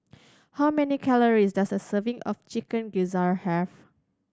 how many calories does a serving of Chicken Gizzard have